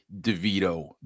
DeVito